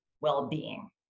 well-being